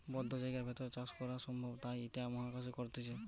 বদ্ধ জায়গার ভেতর চাষ করা সম্ভব তাই ইটা মহাকাশে করতিছে